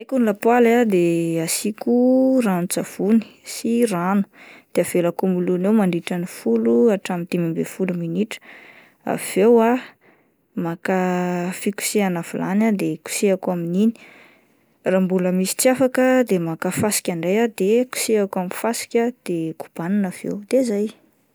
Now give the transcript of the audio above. Alaiko ny lapoaly ah de asiako ranon-tsavony sy rano de avelako milona eo mandridra ny folo hatramin'ny dimy ambin'ny folo minitra, avy eo ah maka fikosehana vilany aho dia kosehiko amin'iny, raha mbola misy tsy afaka ah de maka fasika ndray aho de kosehiko amin'ny fasika de kobanina avy eo de zay.